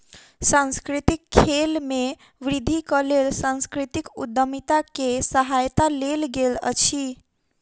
सांस्कृतिक खेल में वृद्धिक लेल सांस्कृतिक उद्यमिता के सहायता लेल गेल अछि